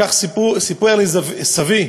כך סיפר לי סבי,